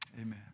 Amen